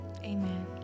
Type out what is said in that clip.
amen